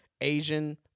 Asian